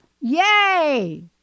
Yay